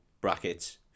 brackets